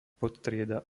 podtrieda